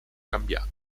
cambiato